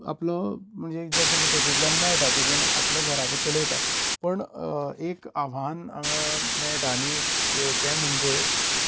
आपलो म्हणजे जे कितें तेतूंतल्यान मेळटा तेतून आपलो घराबो चलयता पण एक आव्हान हांगा मेळटा आनीक तें म्हणजे